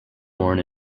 born